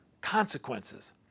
consequences